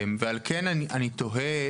על כן אני תוהה,